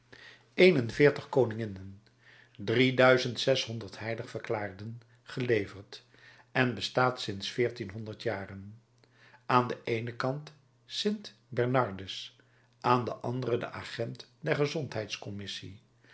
een en veertig koninginnen drie duizend zeshonderd heilig verklaarden geleverd en bestaat sinds veertienhonderd jaren aan den eenen kant st bernardus aan den anderen de agent der